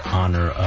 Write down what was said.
honor